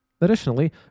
Additionally